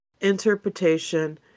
interpretation